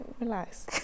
relax